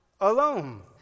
alone